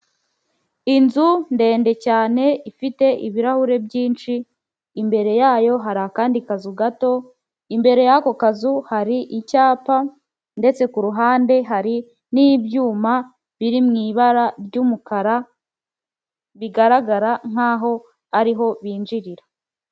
Inzu ndende cyane ifite ibirahure byinshi, imbere yayo hari akandi kazu gato, imbere y'ako kazu hari icyapa, ndetse ku ruhande hari n'ibyuma biri mu ibara ry'umukara bigaragara nkaho ariho binjirira.